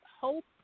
hope